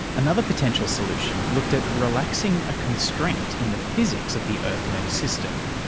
another potential solution looked at relaxing a constraint in the physics of the earth-moon system.